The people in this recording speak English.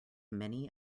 many